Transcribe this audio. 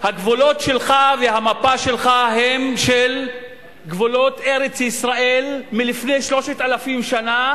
הגבולות שלך והמפה שלך הם של גבולות ארץ-ישראל מלפני 3,000 שנה,